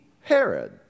Herod